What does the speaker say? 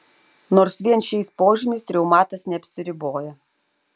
nors vien šiais požymiais reumatas neapsiriboja